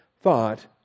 thought